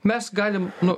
mes galime nu